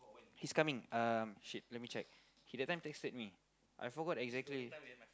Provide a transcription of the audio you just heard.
he's coming uh shit let me check he that time texted me I forgot exactly